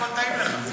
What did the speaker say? הכול טעים לך,